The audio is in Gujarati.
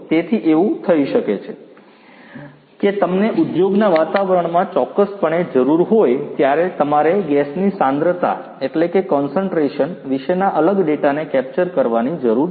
તેથી એવું થઈ શકે છે કે તમને ઉદ્યોગના વાતાવરણમાં ચોક્કસપણે જરૂર હોય તમારે ગેસની સાંદ્રતા કોન્સેન્ટરેશન વિશેના અલગ ડેટાને કેપ્ચર કરવાની જરૂર છે